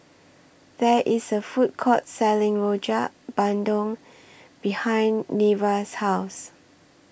There IS A Food Court Selling Rojak Bandung behind Nevaeh's House